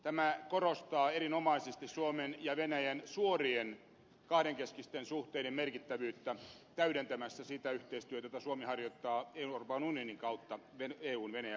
tämä korostaa erinomaisesti suomen ja venäjän suorien kahdenkeskisten suhteiden merkittävyyttä täydentämässä sitä yhteistyötä jota suomi harjoittaa euroopan unionin kautta eun venäjä politiikassa